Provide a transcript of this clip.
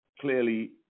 clearly